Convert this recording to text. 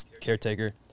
caretaker